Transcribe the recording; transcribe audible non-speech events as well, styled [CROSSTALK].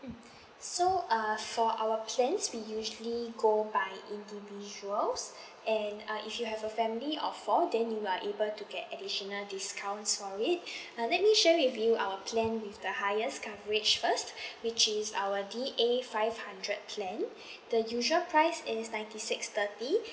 mm [BREATH] so uh for our plans we usually go by individuals [BREATH] and uh if you have a family of four then you are able to get additional discounts for it [BREATH] uh let me share with you our plan with the highest coverage first [BREATH] which is our D_A five hundred plan [BREATH] the usual price is ninety six thirty [BREATH]